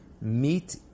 meet